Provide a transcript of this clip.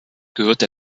gehörte